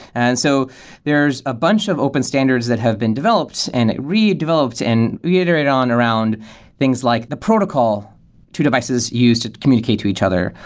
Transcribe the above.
and so there's a bunch of open standards that have been developed and redeveloped and we iterate on around things like the protocol to devices use to communicate to each other,